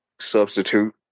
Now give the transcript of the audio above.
Substitute